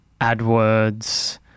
AdWords